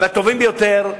מהטובים ביותר,